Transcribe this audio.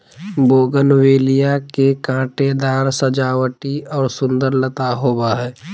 bougainvillea के कांटेदार सजावटी और सुंदर लता होबा हइ